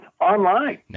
online